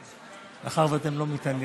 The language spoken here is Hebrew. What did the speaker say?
מאחר שאתם לא מתעניינים,